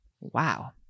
wow